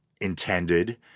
intended